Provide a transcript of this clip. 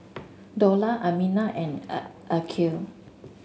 Dollah Aminah and Aqil